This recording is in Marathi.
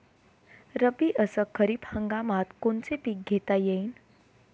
रब्बी अस खरीप हंगामात कोनचे पिकं घेता येईन?